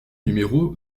numéro